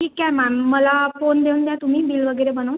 ठीक आहे मॅम मला फोन देऊन द्या तुम्ही बील वगैरे बनवून